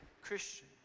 Christian